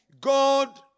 god